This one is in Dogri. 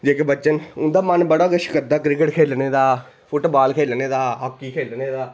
जेह्के बच्चे ना उं'दा मन बडा किश करदा क्रिकेट खेढने दा फुटबाल खेढने दा हाॅकी खेढने दा